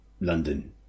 London